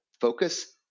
focus